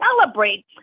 celebrate